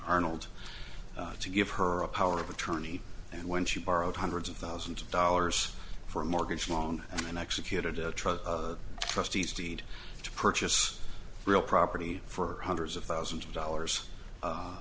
arnold to give her a power of attorney and when she borrowed hundreds of thousands of dollars for a mortgage loan and executed a trust trustees deed to purchase real property for hundreds of thousands of dollars